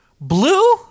blue